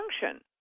function